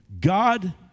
God